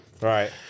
Right